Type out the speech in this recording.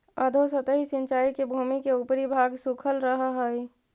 अधोसतही सिंचाई में भूमि के ऊपरी भाग सूखल रहऽ हइ